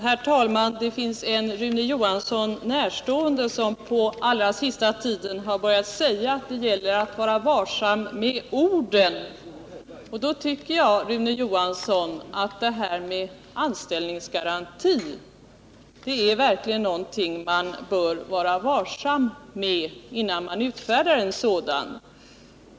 Herr talman! Det finns en Rune Johansson närstående person som på den allra senaste tiden har börjat säga att det gäller att vara varsam med orden. Jag tycker, Rune Johansson, att anställningsgarantin är ett sådant ord som man verkligen bör vara varsam med innan man utfärdar en sådan garanti.